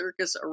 circus